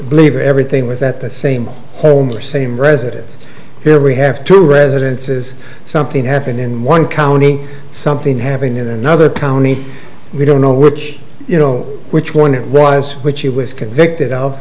believe everything was at the same home or same residence here we have two residences something happened in one county something happened in another county we don't know which you know which one it was which he was convicted of